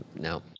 no